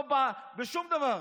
לא בשום דבר.